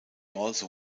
also